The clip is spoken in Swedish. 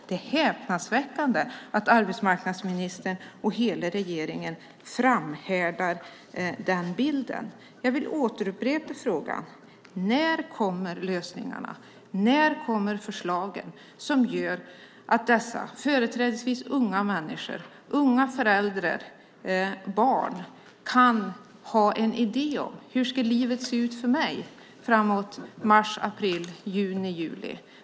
Det är häpnadsväckande att arbetsmarknadsministern och hela regeringen framhärdar med den bilden. Jag vill återigen fråga: När kommer lösningarna? När kommer förslagen som gör att dessa företrädesvis unga människor - föräldrar, barn - kan ha en idé om hur livet ser ut framåt mars, april, juni, juli?